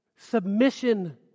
Submission